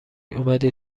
اومدی